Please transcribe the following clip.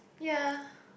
ya